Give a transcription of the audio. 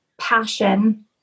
passion